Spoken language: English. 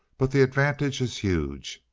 but the advantage is huge.